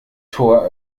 tor